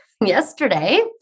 yesterday